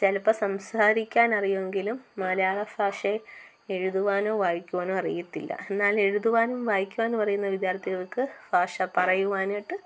ചിലപ്പം സംസാരിക്കാൻ അറിയുമെങ്കിലും മലയാള ഭാഷയിൽ എഴുതുവാനോ വായിക്കുവാനോ അറിയത്തില്ല എന്നാൽ എഴുതുവാനും വായിക്കുവാനും അറിയുന്ന വിദ്യാർത്ഥികൾക്ക് ഭാഷ പറയുവാനായിട്ട്